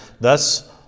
Thus